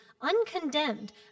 uncondemned